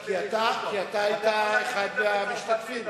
כי אתה היית אחד המשתתפים.